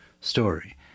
story